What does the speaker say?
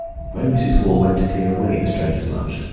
when mrs. hall went to clear away the stranger's lunch,